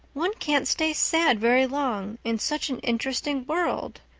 one can't stay sad very long in such an interesting world,